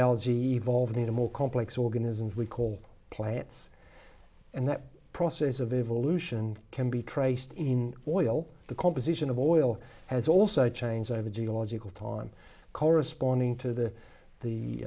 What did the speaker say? algae evolved into more complex organisms we call plants and that process of evolution can be traced in oil the composition of oil has also changed over geological time corresponding to the the